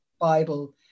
bible